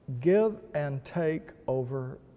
give-and-take-over